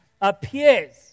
appears